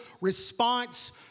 response